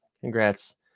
congrats